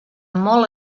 molt